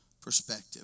perspective